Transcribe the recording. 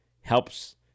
helps